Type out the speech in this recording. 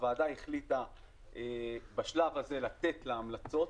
הוועדה החליטה בשלב הזה ליישם את ההמלצות,